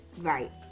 Right